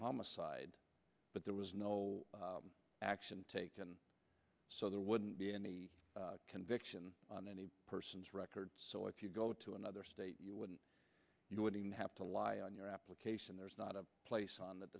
homicide but there was no action taken so there wouldn't be any conviction on any person's records so if you go to another state you wouldn't you would even have to lie on your application there's not a place on that